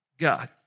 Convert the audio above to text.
God